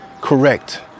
correct